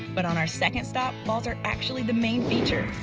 but on our second stop, falls are actually the main feature.